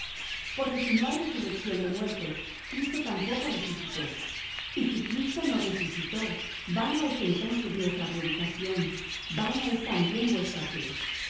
porque si no hay resurrección de muertos cristo tampoco resucitó y si cristo no resucitó vana es entonces nuestra predicación vana es también vuestra fe